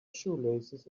shoelaces